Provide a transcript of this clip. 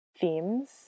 themes